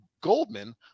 Goldman